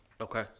Okay